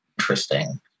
interesting